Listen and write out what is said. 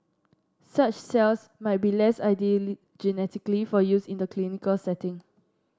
such cells might be less ideal genetically for use in the clinical setting